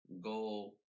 Go